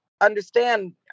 understand